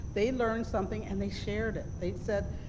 they learned something and they shared it. they said,